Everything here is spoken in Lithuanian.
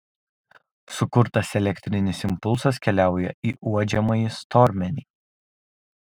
sukurtas elektrinis impulsas keliauja į uodžiamąjį stormenį